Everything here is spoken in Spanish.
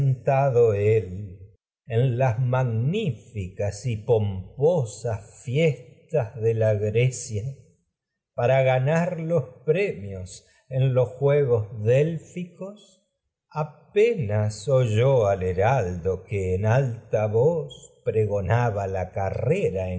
dose presentado él en las magnificas y pomposas fiestas grecia para ganar los premios en los juegos de la délficos apenas oyó al heraldo que en alta voz pregonaba la carrera